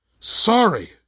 Sorry